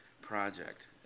project